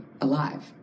alive